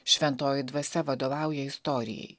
šventoji dvasia vadovauja istorijai